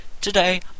today